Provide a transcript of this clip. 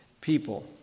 people